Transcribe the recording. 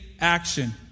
action